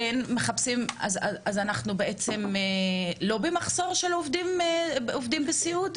אז אנחנו בעצם לא במחסור של עובדים בסיעוד?